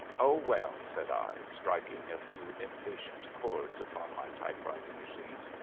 oh, well, said i, striking a few impatient chords upon my typewriting machine,